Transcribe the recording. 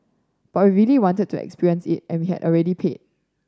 but we really wanted to experience it and we had already paid